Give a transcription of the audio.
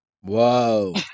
Whoa